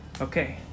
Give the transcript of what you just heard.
Okay